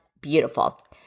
beautiful